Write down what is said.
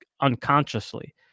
unconsciously